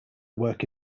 work